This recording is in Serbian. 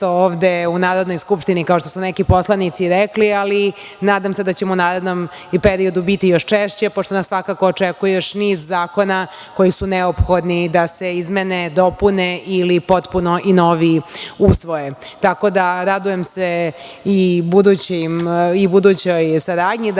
ovde u Narodnoj skupštini, kao što su neki poslanici i rekli, ali nadam se da ćemo u narednom periodu biti još češće, pošto nas očekuje još niz zakona koji su neophodni da se izmene, dopune ili potpuno i novi usvoje. Radujem se i budućoj saradnji